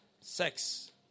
Sex